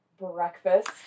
breakfast